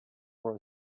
for